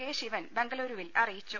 K Sivan ബംഗളൂരുവിൽ അറിയിച്ചു